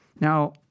Now